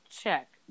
check